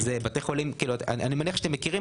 אלה בתי חולים אני מניח שאתם מכירים,